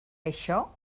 això